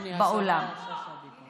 הינה, השרה שאשא ביטון.